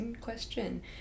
Question